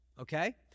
Okay